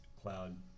cloud